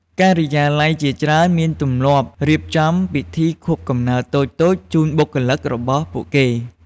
ការិយាល័យជាច្រើនមានទម្លាប់រៀបចំពិធីខួបកំណើតតូចៗជូនបុគ្គលិករបស់ពួកគេ។